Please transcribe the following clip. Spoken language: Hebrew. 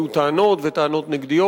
יהיו טענות וטענות נגדיות,